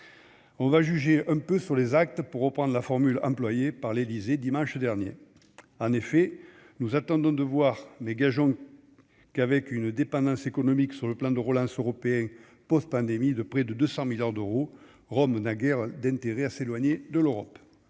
on va juger un peu sur les actes pour reprendre la formule employée par l'Élysée dimanche dernier en effet, nous attendons de voir, mais gageons qu'avec une dépendance économique sur le plan de relance européen post-pandémie de près de 200 milliards d'euros Rome n'a guère d'intérêt à s'éloigner de l'Europe,